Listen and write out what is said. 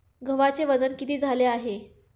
गव्हाचे वजन किती झाले आहे?